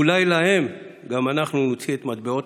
// אולי להם גם אנחנו נוציא / את מטבעות